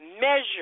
measure